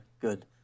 good